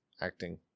acting